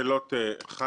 מה התגובה שלך?